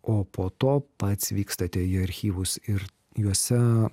o po to pats vykstate į archyvus ir juose